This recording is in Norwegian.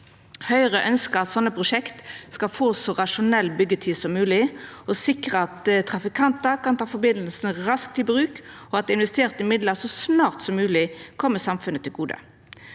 Høgre ønskjer at slike prosjekt skal få så rasjonell byggjetid som mogleg og sikra at trafikantar kan ta forbindelsen raskt i bruk, og at investerte midlar så snart som mogleg kjem samfunnet til gode.